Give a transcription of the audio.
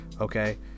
okay